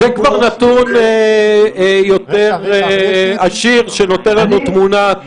זה כבר נתון יותר עשיר שנותן לנו תמונת מצב.